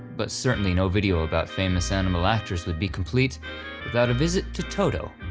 but certainly no video about famous animal actors would be complete without a visit to toto,